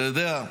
אתה יודע,